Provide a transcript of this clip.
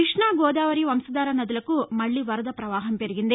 కృష్ణా గోదావరి వంశధార నదులకు మళ్ళీ వరద ప్రవాహం పెరిగింది